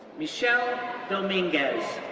michelle dominguez,